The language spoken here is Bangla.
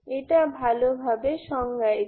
এটা ভালোভাবে সংজ্ঞায়িত